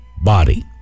body